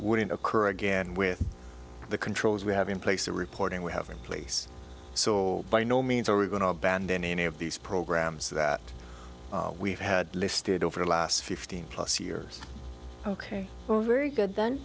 wouldn't occur again with the controls we have in place the reporting we have in place so by no means are we going to abandon any of these programs that we've had listed over the last fifteen plus years ok very good then